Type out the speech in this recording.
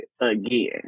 again